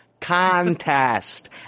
contest